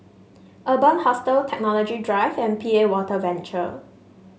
Urban Hostel Technology Drive and P A Water Venture